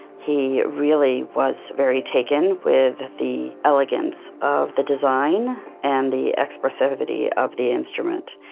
he really was very taken with the elegance of the design and the expressivity of the instrument.